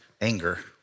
anger